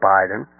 Biden